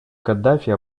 каддафи